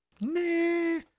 nah